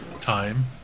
time